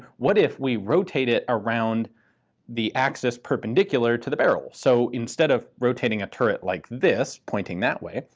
what if we rotate it around the axis perpendicular to the barrel? so instead of rotating a turret like this, pointing that way.